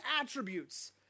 attributes